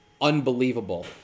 unbelievable